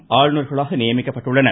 ப் ஆளுநர்களாக நியமிக்கப்பட்டுள்ளனர்